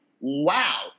wow